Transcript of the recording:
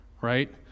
Right